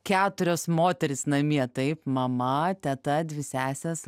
keturios moterys namie taip mama teta dvi sesės